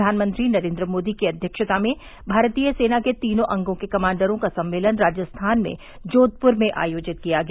प्रधानमंत्री नरेन्द्र मोदी की अध्यक्षता में भारतीय सेना के तीनों अंगों के कमांडरों का सम्मेलन राजस्थान में जोधपुर में आयोजित किया गया